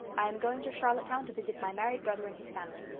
i am going to charlottetown to visit my married brother and his family.